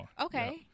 Okay